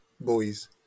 boys